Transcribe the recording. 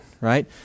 right